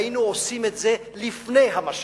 היינו עושים את זה לפני המשט.